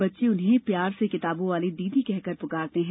बच्चे उन्हें प्यार से किताबों वाली दीदी कहकर पुकारते हैं